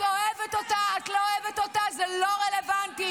את אוהבת אותה, את לא אוהבת אותה, זה לא רלוונטי.